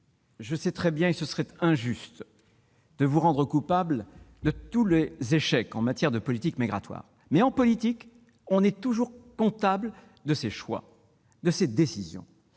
Je sais très bien qu'il serait injuste de vous rendre coupable de tous les échecs en matière de politique migratoire, mais en politique, on est toujours comptable de ses choix et de ses décisions.